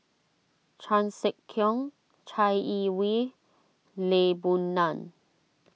Chan Sek Keong Chai Yee Wei Lee Boon Ngan